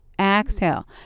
Exhale